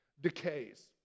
decays